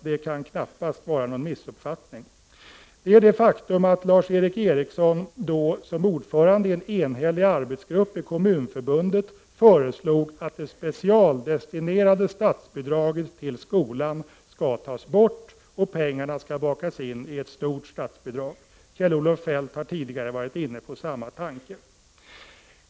Det kan därför inte vara någon missuppfattning. Lars Eric Ericsson, som ordförande i en enhällig arbetsgrupp i Kommunförbundet, föreslog att det specialdestinerade statsbidraget till skolan skall tas bort och att pengarna skall bakas in i ett stort statsbidrag. Kjell-Olof Feldt har tidigare varit inne på samma tanke.